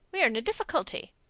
we are in a difficulty.